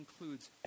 includes